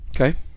Okay